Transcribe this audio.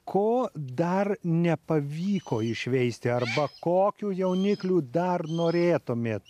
ko dar nepavyko išveisti arba kokių jauniklių dar norėtumėt